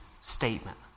statement